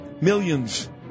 Millions